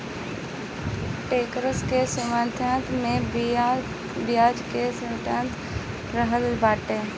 debt fund security में बियाज के दर निश्चित रहत बाटे